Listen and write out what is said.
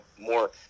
more